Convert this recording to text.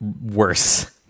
worse